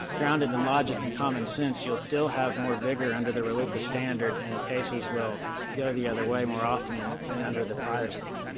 grounded in logic and common sense, you'll still have more vigor under the rluipa standard and cases will go the other way more often than than under the prior standard.